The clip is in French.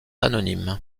anonymes